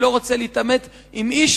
אני לא רוצה להתעמת עם איש,